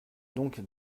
donc